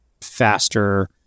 faster